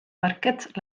parket